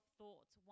thoughts